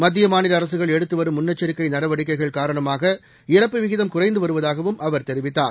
மத்திய மாநில அரசுகள் எடுதது வரும் முன்னெச்சிக்கை நடவடிக்கைகள் காரணமாக இறப்பு விகிதம் குறைந்து வருவதாகவும் அவர் தெரிவித்தார்